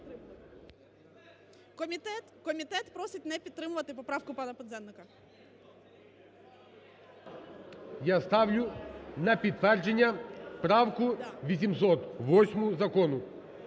Комітет просить не підтримувати поправку пана Пинзеника. ГОЛОВУЮЧИЙ. Я ставлю на підтвердження правку 808 закону.